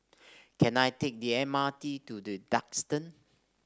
can I take the M R T to The Duxton